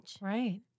Right